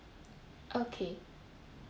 okay